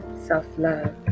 self-love